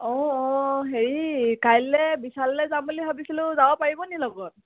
হেৰি কাইলে বিশাললে যাম বুলি ভাবিছিলোঁ যাব পাৰিব নি লগত